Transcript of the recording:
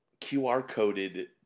QR-coded